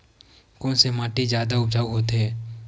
कोन से माटी जादा उपजाऊ होथे?